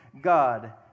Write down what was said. God